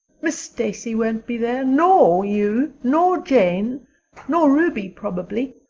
miss stacy won't be there, nor you nor jane nor ruby probably.